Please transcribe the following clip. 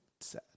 Sad